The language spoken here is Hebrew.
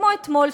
כמו הדיון אתמול,